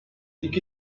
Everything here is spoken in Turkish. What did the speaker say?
iki